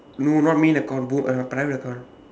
no not me in the convo I have private account